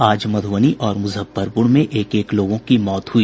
आज मधुबनी और मुजफ्फरपुर में एक एक लोगों की मौत हुई